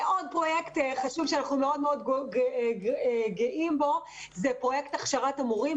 עוד פרויקט חשוב שאנחנו מאוד גאים בו זה פרויקט הכשרת המורים,